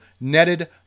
netted